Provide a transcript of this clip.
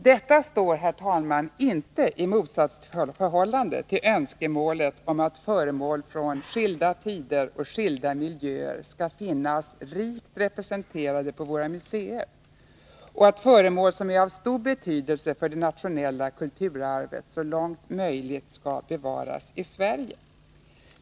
Detta, herr talman, står inte i motsatsförhållande till önskemålet att föremål från olika tider och skilda miljöer skall finnas rikt representerade på våra museer samt att föremål som är av stor betydelse för det nationella kulturarvet så långt möjligt skall bevaras i Sverige.